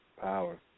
Power